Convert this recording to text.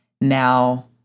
Now